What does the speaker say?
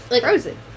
frozen